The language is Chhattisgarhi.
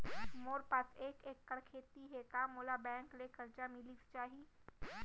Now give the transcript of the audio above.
मोर पास एक एक्कड़ खेती हे का मोला बैंक ले करजा मिलिस जाही?